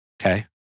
Okay